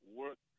work